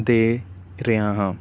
ਦੇ ਰਿਹਾ ਹਾਂ